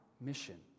mission